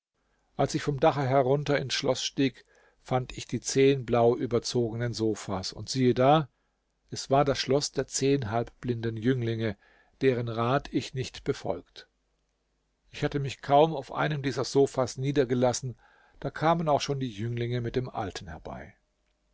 als ich vom dache herunter ins schloß stieg fand ich die zehn blau überzogenen sofas und siehe da es war das schloß der zehn halbblinden jünglinge deren rat ich nicht befolgt ich hatte mich kaum auf einem dieser sofas niedergelassen da kamen auch schon die jünglinge mit dem alten herbei